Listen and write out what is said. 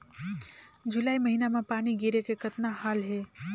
जुलाई महीना म पानी गिरे के कतना हाल हे?